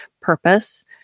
purpose